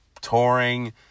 touring